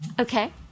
Okay